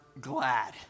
glad